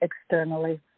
externally